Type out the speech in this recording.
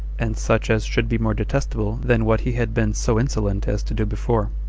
and such as should be more detestable than what he had been so insolent as to do before.